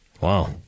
Wow